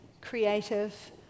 creative